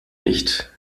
nicht